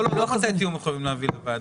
לא שואל מתי תהיו מחויבים להביא את זה לוועדה,